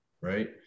right